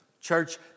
Church